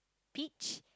peach